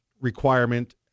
requirement